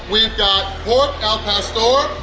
we've got pork al pastor,